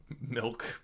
milk